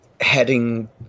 heading